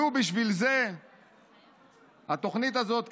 לו בשביל זה התוכנית הזאת כדאית.